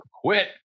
quit